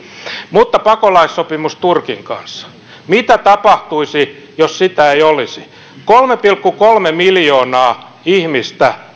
mutta pakolaissopimus turkin kanssa mitä tapahtuisi jos sitä ei olisi kolme pilkku kolme miljoonaa ihmistä